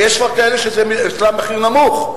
ויש כאלה שאצלם המחיר נמוך,